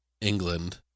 England